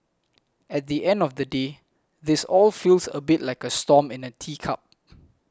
at the end of the day this all feels a bit like a storm in a teacup